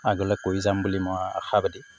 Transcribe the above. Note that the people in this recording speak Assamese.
আগলৈ কৰি যাম বুলি মই আশাবাদী